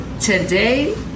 Today